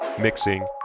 mixing